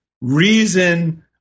reason